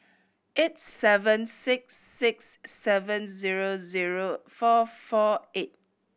eight seven six six seven zero zero four four eight